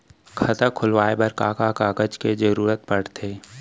खाता खोलवाये बर का का कागज के जरूरत पड़थे?